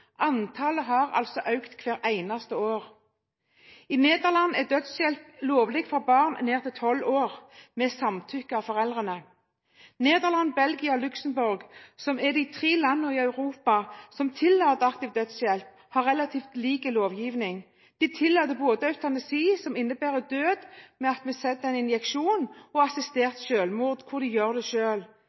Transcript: Antallet har økt hvert eneste år. I Nederland er dødshjelp lovlig for barn ned til 12 år, med samtykke fra foreldrene. Nederland, Belgia og Luxemburg, som er de tre landene i Europa som tillater aktiv dødshjelp, har relativt lik lovgivning. De tillater både eutanasi, som innebærer død ved at man setter en injeksjon, og assistert selvmord, hvor pasienten gjør det